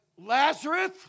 Lazarus